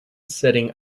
sitting